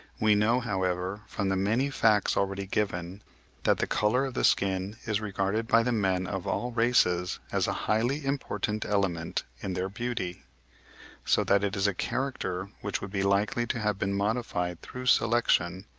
we know, however, from the many facts already given that the colour of the skin is regarded by the men of all races as a highly important element in their beauty so that it is a character which would be likely to have been modified through selection,